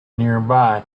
nearby